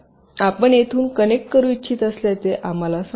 आपण येथून कनेक्ट करू इच्छित असल्याचे आम्हाला सांगू